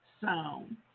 sound